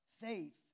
faith